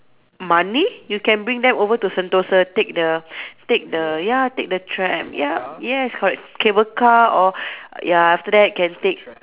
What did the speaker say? money you can bring them over to Sentosa take the take the ya take the tram yup yes correct cable car or ya after that can take